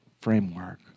framework